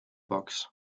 box